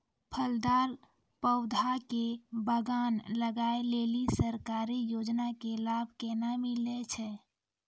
फलदार पौधा के बगान लगाय लेली सरकारी योजना के लाभ केना मिलै छै?